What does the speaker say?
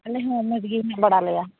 ᱟᱞᱮ ᱦᱚᱸ ᱢᱚᱡᱽ ᱜᱮ ᱦᱮᱱᱟᱜ ᱵᱟᱲᱟ ᱞᱮᱭᱟ